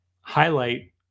Highlight